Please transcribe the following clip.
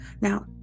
now